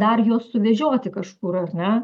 dar juos suvežioti kažkur ar ne